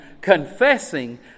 confessing